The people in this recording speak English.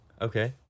Okay